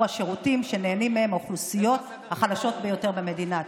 השירותים שנהנות מהם האוכלוסיות החלשות ביותר במדינה.